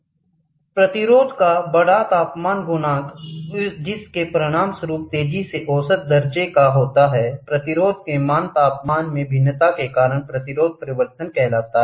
4 प्रतिरोध का बड़ा तापमान गुणांक जिसके परिणामस्वरूप तेजी से औसत दर्जे का होता है प्रतिरोध के मान तापमान में भिन्नता के कारण प्रतिरोध परिवर्तन कहते हैं